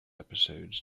episodes